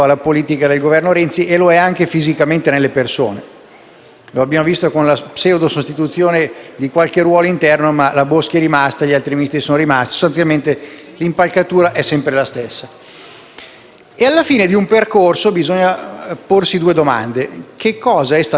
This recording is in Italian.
Abbiamo visto infatti la pseudosostituzione di qualche ruolo interno, ma la Boschi e gli altri Ministri sono per lo più rimasti e sostanzialmente l'impalcatura è sempre la stessa. Alla fine di un percorso bisogna porsi due domande: cosa è stato fatto e cosa viene lasciato in eredità a chi seguirà.